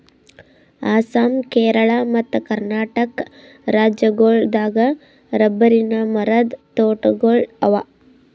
ಅಸ್ಸಾಂ ಕೇರಳ ಮತ್ತ್ ಕರ್ನಾಟಕ್ ರಾಜ್ಯಗೋಳ್ ದಾಗ್ ರಬ್ಬರಿನ್ ಮರದ್ ತೋಟಗೋಳ್ ಅವಾ